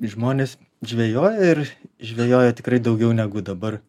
žmonės žvejojo ir žvejojo tikrai daugiau negu dabar